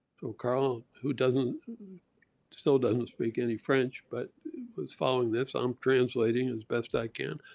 so carl, who doesn't still doesn't speak any french but was following this, i'm translating as best i can.